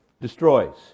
destroys